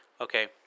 Okay